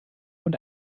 und